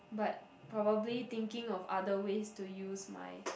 but probably thinking of other ways to use my